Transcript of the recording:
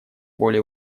более